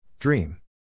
Dream